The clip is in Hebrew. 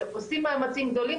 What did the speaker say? עושים מאמצים גדולים,